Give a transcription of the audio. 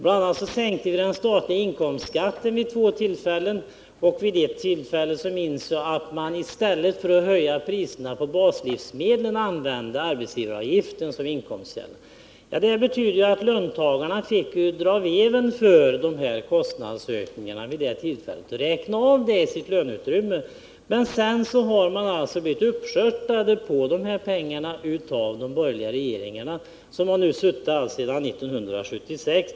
a. kunde vi vid två tillfällen sänka den statliga inkomstskatten, och jag minns att man vid ett tillfälle använde arbetsgivaravgifterna som inkomstkälla för att slippa höja priserna på baslivsmedel. Det betydde att löntagarna vid det tillfället fick dra veven för kostnadsökningarna och räkna av dem i sitt löneutrymme. Men sedan har man alltså blivit uppskörtad på de här pengarna av de borgerliga regeringarna som har suttit vid makten sedan 1976.